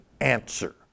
answer